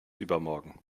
übermorgen